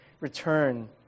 return